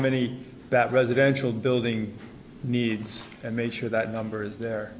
many that residential building needs and make sure that number is there